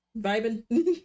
vibing